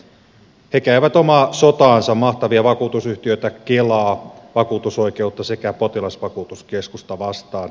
he käyvät omaa sotaansa mahtavia vakuutusyhtiöitä kelaa vakuutusoikeutta sekä potilasvakuutuskeskusta vastaan